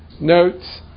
notes